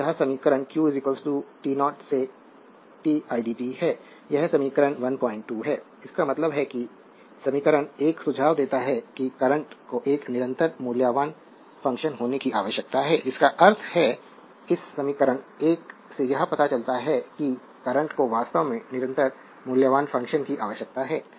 तो यह समीकरण q t 0 से t idt है यह समीकरण 12 है इसका मतलब है कि समीकरण 1 सुझाव देता है कि करंट को एक निरंतर मूल्यवान फ़ंक्शन होने की आवश्यकता है जिसका अर्थ है इस समीकरण 1 से यह पता चलता है कि करंट को वास्तव में निरंतर मूल्यवान फ़ंक्शन की आवश्यकता है